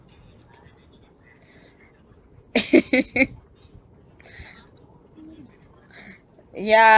ya